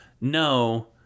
no